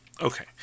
Okay